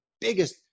biggest